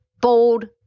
bold